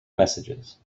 messages